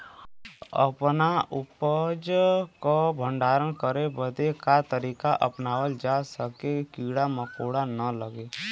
अपना उपज क भंडारन करे बदे का तरीका अपनावल जा जेसे कीड़ा मकोड़ा न लगें?